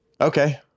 Okay